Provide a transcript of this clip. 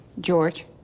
George